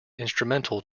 instrumental